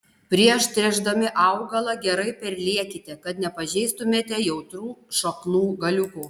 prieš tręšdami augalą gerai perliekite kad nepažeistumėte jautrių šaknų galiukų